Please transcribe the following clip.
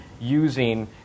using